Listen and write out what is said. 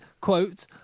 quote